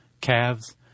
calves